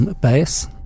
base